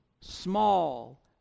small